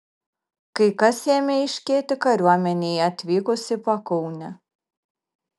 kai kas ėmė aiškėti kariuomenei atvykus į pakaunę